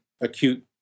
acute